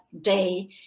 day